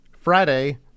Friday